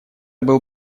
был